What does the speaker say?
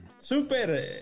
Super